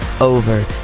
over